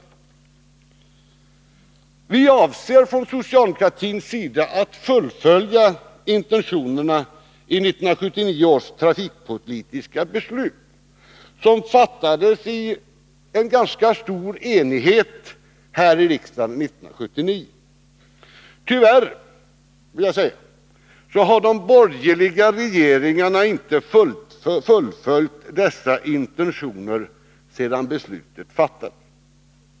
Vi avser från socialdemokratins sida att fullfölja intentionerna i 1979 års trafikpolitiska beslut, som fattades i ganska stor enighet här i riksdagen nämnda år. Tyvärr, vill jag säga, har de borgerliga regeringarna inte fullföljt dessa intentioner sedan beslutet fattades.